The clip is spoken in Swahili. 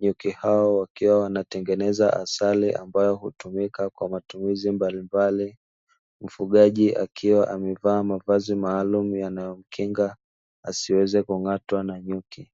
nyuki hao wakiwa wanatengeneza asali ambayo hutumika kwa matumizi mbalimbali, mfugaji akiwa amevaa mavazi maalumu yanayomkinga asiweze kung'atwa na nyuki.